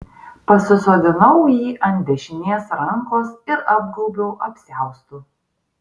pasisodinau jį ant dešinės rankos ir apgaubiau apsiaustu